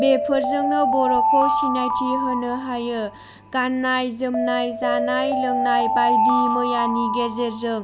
बेफोरजोंनो बर'खौ सिनायथि होनो हायो गाननाय जोमनाय जानाय लोंनाय बायदि मैयानि गेजेरजों